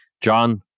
John